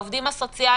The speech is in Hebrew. של העובדים הסוציאליים,